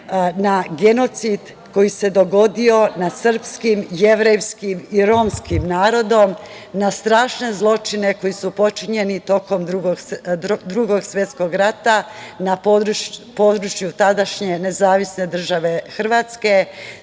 na genocid koji se dogodio nad srpskim, jevrejskim i romskim narodom, na strašne zločine koji su počinjeni tokom Drugog svetskog rata na području tadašnje NDH. Imamo prvo